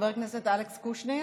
חבר הכנסת אלכס קושניר,